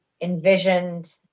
envisioned